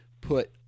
put